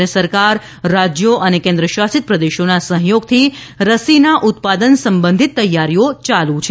કેન્દ્ર સરકાર રાજ્યો અને કેન્દ્રશાસિત પ્રદેશોનાં સહયોગથી રસીનાં ઉત્પાદન સંબંધીત તૈયારીઓ ચાલુ છે